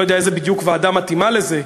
לא יודע איזה בדיוק ועדה מתאימה לזה,